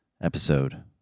episode